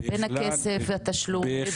הכסף לבין התשלום,